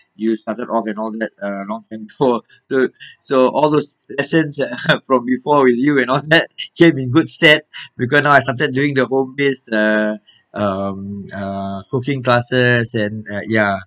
you started off and all that uh know and so the so all those lesson that I have from before with you and all that came in good set because now I started during the home based uh um uh cooking classes and at ya